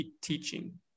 teaching